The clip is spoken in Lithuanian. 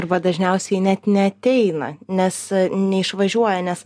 arba dažniausiai net neateina nes neišvažiuoja nes